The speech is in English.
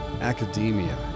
academia